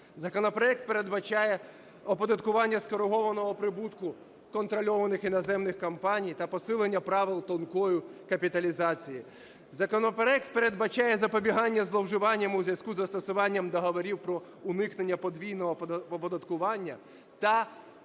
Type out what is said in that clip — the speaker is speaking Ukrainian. Законопроект передбачає оподаткування скоригованого прибутку контрольованих іноземних компаній та посилення правил тонкої капіталізації. Законопроект передбачає запобігання зловживанням у зв'язку із застосуванням договорів про уникнення подвійного оподаткування та